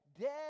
dead